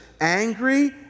Angry